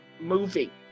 movie